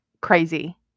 crazy